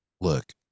look